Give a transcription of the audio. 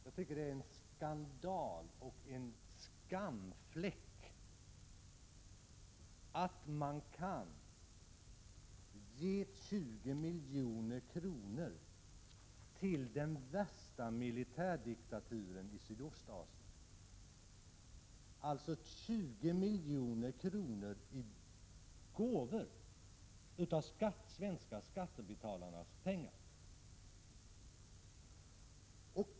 Jag tycker att det är en skandal och en skamfläck att man kan ge 20 milj.kr. till den värsta militärdiktaturen i Sydostasien, alltså 20 milj.kr. av de svenska skattebetalarnas pengar i gåvor.